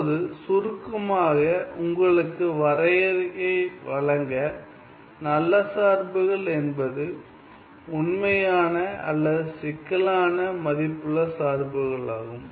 இப்போது சுருக்கமாக உங்களுக்கு வரையறையை வழங்க நல்ல சார்புகள் என்பது உண்மையான அல்லது சிக்கலான மதிப்புள்ள சார்புகளாகும்